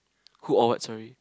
who or what sorry